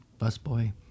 busboy